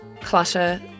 clutter